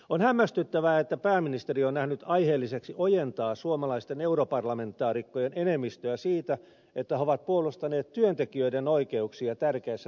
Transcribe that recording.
on hämmästyttävää että pääministeri on nähnyt aiheelliseksi ojentaa suomalaisten europarlamentaarikkojen enemmistöä siitä että he ovat puolustaneet työntekijöiden oikeuksia tärkeässä työaikadirektiivissä